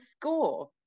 score